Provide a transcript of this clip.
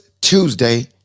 Tuesday